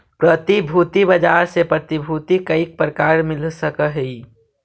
प्रतिभूति बाजार से प्रतिभूति कईक प्रकार मिल सकऽ हई?